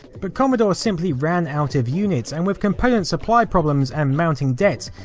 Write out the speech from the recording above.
but commodore simply ran out of units and with component supply problems and mounting debts,